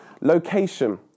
Location